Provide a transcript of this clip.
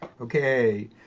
okay